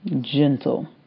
gentle